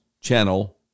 channel